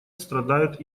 страдают